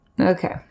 Okay